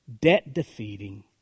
debt-defeating